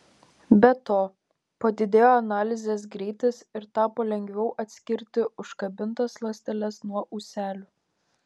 be to padidėjo analizės greitis ir tapo lengviau atskirti užkabintas ląsteles nuo ūselių